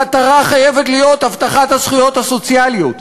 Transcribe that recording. המטרה חייבת להיות הבטחת הזכויות הסוציאליות.